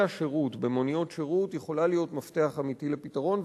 השירות במוניות השירות יכולה להיות מפתח אמיתי לפתרון,